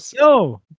Yo